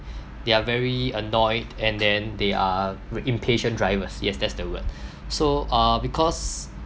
they are very annoyed and then they are impatient drivers yes that's the word so uh because